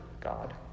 God